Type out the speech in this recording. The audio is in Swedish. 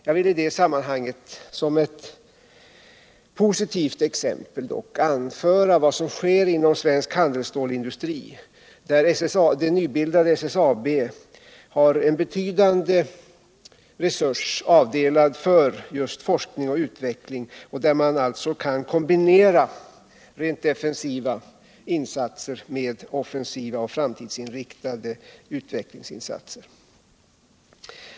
Jag vill i det sammanhanget som ett positivt exempel anföra vad som sker inom svensk handelsstålsindustri, där det nybildade SSAB har betydande resurser avdelade för just forskning och utveckling och där man kan kombinera rent defensiva insatser med offensiva och framtidsinriktade utvecklingsinsatser.